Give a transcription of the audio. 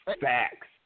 Facts